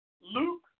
Luke